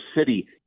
city